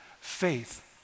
faith